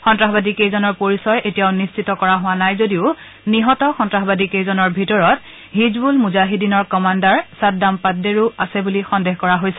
সন্তাসবাদী কেইজনৰ পৰিচয় এতিয়াও নিশ্চিত কৰা হোৱা নাই যদিও নিহত সন্তাসবাদী কেইজনৰ ভিতৰত হিজবুল মুজাহিদিনৰ কমাণ্ডাৰ ছাদ্দাম পাদ্দেৰো আছে বুলি সন্দেহ কৰা হৈছে